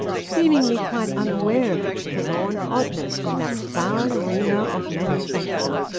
seemingly quite unaware of its forlorn oddness in that foul arena of manufacture.